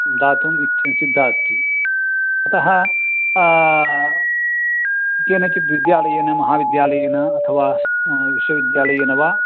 दातुम् इच् सिद्धा अस्ति अतः केनचिद् विद्यालयेन महाविद्यालयेन अथवा विश्वविद्यालयेन वा